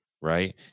Right